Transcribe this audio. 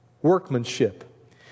Workmanship